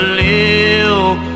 live